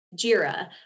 Jira